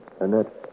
Annette